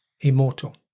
Immortal